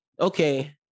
Okay